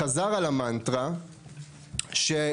חזר על המנטרה שמה,